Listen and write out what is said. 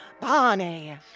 Bonnie